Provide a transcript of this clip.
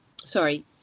sorry